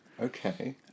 Okay